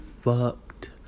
fucked